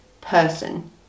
person